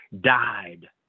died